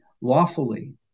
lawfully